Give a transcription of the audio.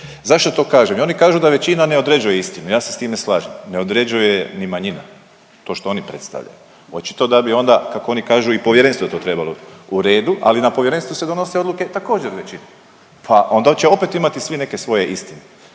Zašto to kažem? I oni kažu da većina ne određuje istinu. Ja se s time slažem, ne određuje ni manjina, to što oni predstavljaju. Očito da bi onda kako oni kažu i povjerenstvo to trebalo, u redu, ali na povjerenstvu se donose odluke također većinom, pa onda će opet imati svi neke svoje istine.